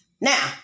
Now